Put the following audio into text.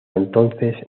entonces